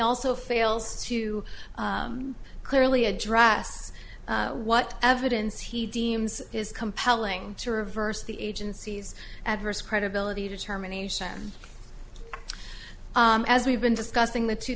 also fails to clearly address what evidence he deems is compelling to reverse the agency's adverse credibility determination as we've been discussing the two